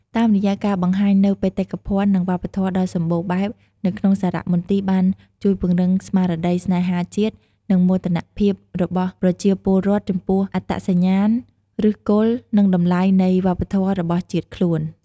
តាមរយៈការបង្ហាញនូវបេតិកភណ្ឌ និងវប្បធម៌ដ៏សម្បូរបែបនៅក្នុងសារមន្ទីរបានជួយពង្រឹងស្មារតីស្នេហាជាតិ និងមោទកភាពរបស់ប្រជាពលរដ្ឋចំពោះអត្តសញ្ញាណ ឫសគល់ និងតម្លៃនៃវប្បធម៌របស់ជាតិខ្លួន។